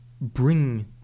bring